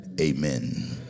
Amen